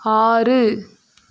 ஆறு